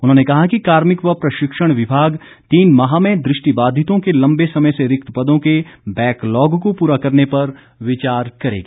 उन्होंने कहा कि कार्मिक व प्रशिक्षण विभाग तीन माह में दृष्टिबाधितों के लंबे समय से रिक्त पदों के बैकलाग को पूरा करने पर विचार करेगा